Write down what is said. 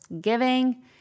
giving